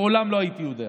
לעולם לא הייתי יודע,